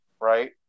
Right